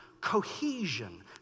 cohesion